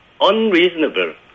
unreasonable